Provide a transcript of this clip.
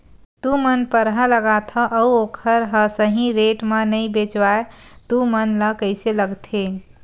तू मन परहा लगाथव अउ ओखर हा सही रेट मा नई बेचवाए तू मन ला कइसे लगथे?